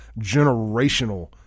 generational